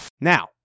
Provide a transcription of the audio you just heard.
Now